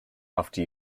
after